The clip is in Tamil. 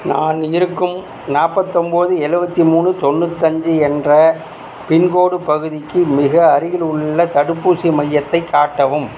நான் இருக்கும் நாற்பத்தொம்போது எழுபத்திமூணு தொண்ணூத்தஞ்சு என்ற பின்கோடு பகுதிக்கு மிக அருகிலுள்ள தடுப்பூசி மையத்தை காட்டவும்